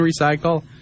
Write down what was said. recycle